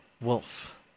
wolf